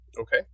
Okay